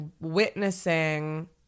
witnessing